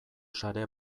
sare